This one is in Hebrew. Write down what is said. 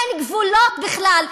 אין גבולות בכלל,